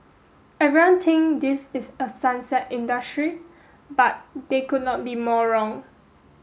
everyone think this is a sunset industry but they could not be more wrong